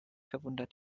verwundert